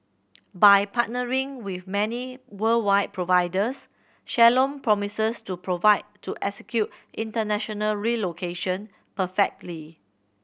by partnering with many worldwide providers Shalom promises to provide to execute international relocation perfectly